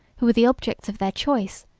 who were the objects of their choice,